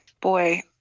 boy